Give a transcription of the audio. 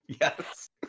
Yes